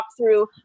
walkthrough